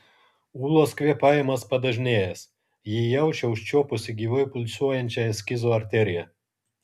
ūlos kvėpavimas padažnėjęs ji jaučia užčiuopusi gyvai pulsuojančią eskizo arteriją